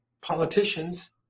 politicians